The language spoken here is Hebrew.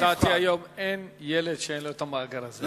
לדעתי, היום אין ילד שאין לו המאגר הזה.